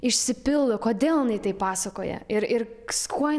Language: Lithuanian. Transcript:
išsipildo kodėl jinai tai pasakoja ir ir viskuo